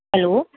hello